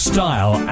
Style